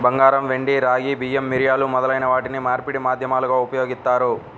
బంగారం, వెండి, రాగి, బియ్యం, మిరియాలు మొదలైన వాటిని మార్పిడి మాధ్యమాలుగా ఉపయోగిత్తారు